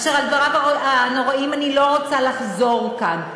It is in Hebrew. אשר על דבריו הנוראיים אני לא רוצה לחזור כאן.